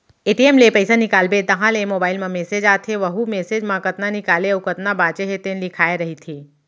ATM ले पइसा निकालबे तहाँ ले मोबाईल म मेसेज आथे वहूँ मेसेज म कतना निकाले अउ कतना बाचे हे तेन लिखाए रहिथे